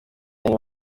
niwe